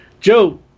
Joe